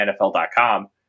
NFL.com